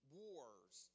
wars